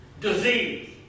Disease